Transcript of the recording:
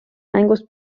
mängus